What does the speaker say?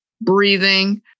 breathing